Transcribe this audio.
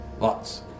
Lots